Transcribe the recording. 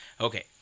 Okay